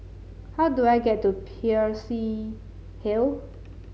how do I get to Peirce Hill